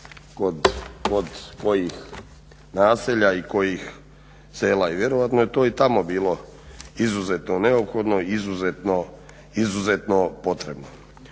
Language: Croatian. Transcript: kod kojih naselja i kojih sela. I vjerojatno je to i tamo bilo izuzetno neophodno, izuzetno potrebno.